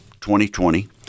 2020